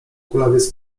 kulawiec